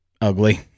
Ugly